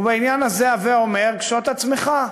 ובעניין הזה הווי אומר: קשוט עצמך.